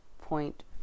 point